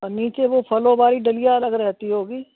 औ नीचे वो फलों वाली डलिया अलग रहती होगी